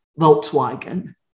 Volkswagen